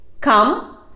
Come